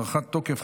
(הארכת תוקף,